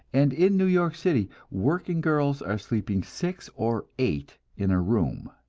and in new york city working girls are sleeping six or eight in a room.